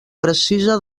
precisa